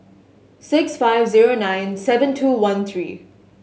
six five zero nine seven two one three